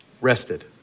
rested